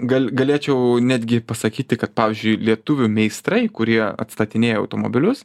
gal galėčiau netgi pasakyti kad pavyžiui lietuvių meistrai kurie atstatinėja automobilius